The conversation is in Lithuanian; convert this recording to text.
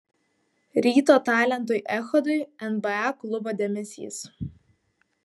ryto talentui echodui nba klubo dėmesys